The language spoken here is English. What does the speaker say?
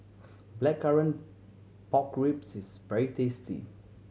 Blackcurrant Pork Ribs is very tasty